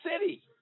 City